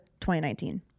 2019